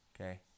Okay